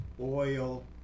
oil